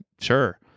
Sure